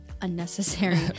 unnecessary